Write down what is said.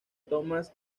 tomás